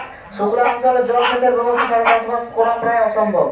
সুক্লা অঞ্চলে জল সেচের ব্যবস্থা ছাড়া চাষবাস করা প্রায় অসম্ভব